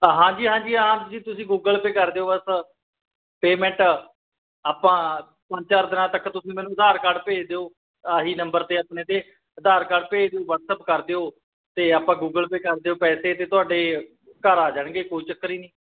ਹਾਂਜੀ ਹਾਂਜੀ ਆਪ ਜੀ ਤੁਸੀਂ ਗੂਗਲ ਪੇ ਕਰ ਦਿਓ ਬਸ ਪੇਮੈਂਟ ਆਪਾਂ ਪੰਜ ਚਾਰ ਦਿਨਾਂ ਤੱਕ ਤੁਸੀਂ ਮੈਨੂੰ ਆਧਾਰ ਕਾਰਡ ਭੇਜ ਦਿਓ ਆਹੀ ਨੰਬਰ 'ਤੇ ਆਪਣੇ 'ਤੇ ਆਧਾਰ ਕਾਰਡ ਭੇਜ ਦਿਓ ਵਟਸਅੱਪ ਕਰ ਦਿਓ ਅਤੇ ਆਪਾਂ ਗੂਗਲ ਪੇ ਕਰ ਦਿਓ ਪੈਸੇ ਅਤੇ ਤੁਹਾਡੇ ਘਰ ਆ ਜਾਣਗੇ ਕੋਈ ਚੱਕਰ ਹੀ ਨਹੀਂ